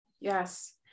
Yes